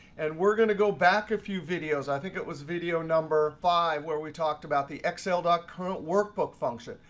and we're going to go back a few videos. i think it was video number five where we talked about the excel dot current workbook function.